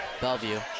Bellevue